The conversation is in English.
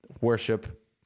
worship